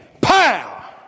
pow